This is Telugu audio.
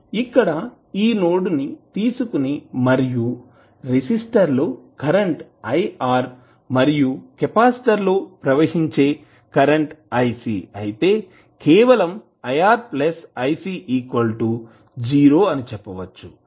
ఇక్కడ ఈ నోడ్ ని తీసుకుని మరియు రెసిస్టర్ లో కరెంట్ i R మరియు కెపాసిటర్ లో ప్రవహించే కరెంట్ iC అయితే కేవలం iR iC 0 అని చెప్పవచ్చు